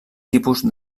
tipus